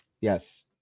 Yes